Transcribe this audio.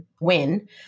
win